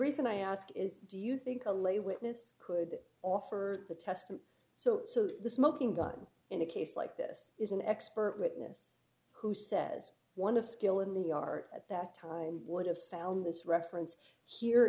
reason i ask is do you think a lay witness could offer the test and so so the smoking gun in a case like this is an expert witness who says one of skill in the art at that time would have found this reference here